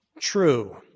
true